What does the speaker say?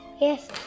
Yes